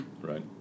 right